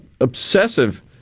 obsessive